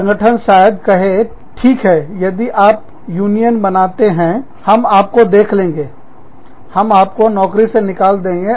संगठन शायद कहे ठीक है यदि आप यूनियन बनाते हैं हम आपको देख लेंगे हम आपको नौकरी से निकाल देंगे